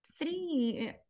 Three